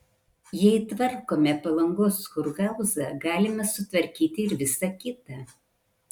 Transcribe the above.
jei tvarkome palangos kurhauzą galime sutvarkyti ir visa kita